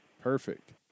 Perfect